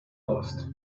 lost